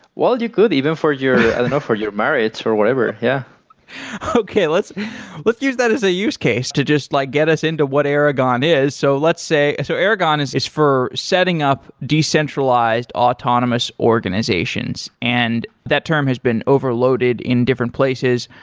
well, you could, even for your i don't know, for your marriage or whatever. yeah okay. let's let's use that as a use case to just like get us into what aragon is. so and so aragon is is for setting up decentralized autonomous organizations. and that term has been overloaded in different places.